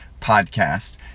Podcast